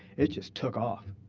it just took off